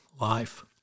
life